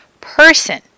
person